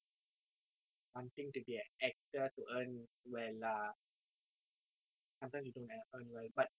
wanting to be an actor to earn well lah sometimes you don't earn well but